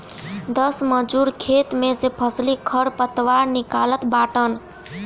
दस मजूर खेते में से फसली खरपतवार निकालत बाटन